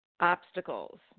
Obstacles